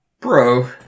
Bro